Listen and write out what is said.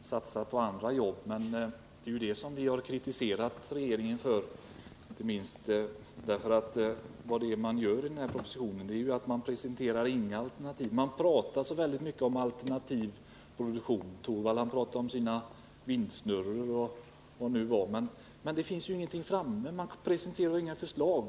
satsa på andra jobb. Men just det vi kritiserar regeringen för är att man i den här propositionen inte presenterar några alternativ utan bara pratar så mycket om alternativ produktion. Rune Torwald t.ex. pratade om sina vindsnurror och annat. Men ingenting är ju framme. Man presenterar inga förslag.